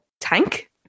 tank